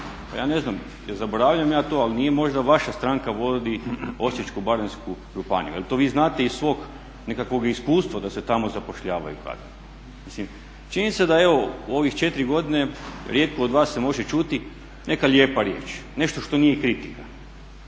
Ja ne znam, ne zaboravljam ja to ali nije možda vaša stranka vodi Osječko-baranjsku županiju jer vi to znate iz svog nekakvog iskustva da se tamo zapošljavaju kadrovi. Mislim, činjenica da evo u ovih 4 godine rijetko od vas se može čuti neka lijepa riječ, nešto što nije kritika.